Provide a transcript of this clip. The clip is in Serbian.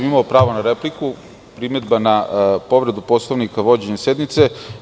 Imao sam pravo na repliku, primedba na povredu Poslovnika o vođenju sednice.